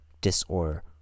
disorder